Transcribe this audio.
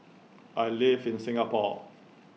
I live in Singapore